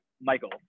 Michael